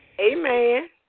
Amen